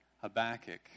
Habakkuk